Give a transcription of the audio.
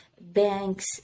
banks